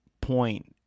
point